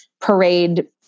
parade